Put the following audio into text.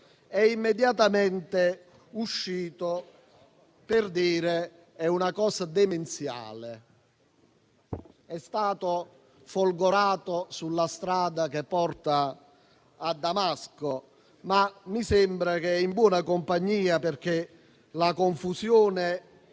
è immediatamente uscito dicendo che è una cosa demenziale. È stato folgorato sulla strada che porta a Damasco, ma mi sembra che sia in buona compagnia, perché la confusione